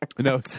No